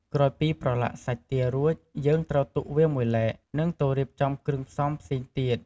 ក្រោយពីប្រឡាក់សាច់ទារួច យើងត្រូវទុកវាមួយឡែក និងទៅរៀបចំគ្រឿងផ្សំផ្សេងទៀត។